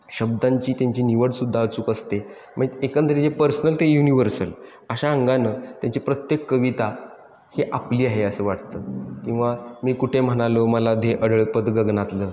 शब्दांची त्यांची निवडसुद्धा अचूक असते म्हणजे एकंदरीत जे पर्सनल ते युनिवर्सल अशा अंगानं त्यांची प्रत्येक कविता ही आपली आहे असं वाटतं किंवा मी कुठे म्हणालो मला दे अढळ पद गगनातलं